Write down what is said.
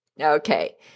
Okay